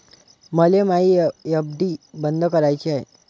मले मायी एफ.डी बंद कराची हाय